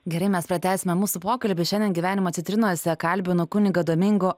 gerai mes pratęsime mūsų pokalbį šiandien gyvenimo citrinose kalbinu kunigą domingo